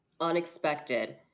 Unexpected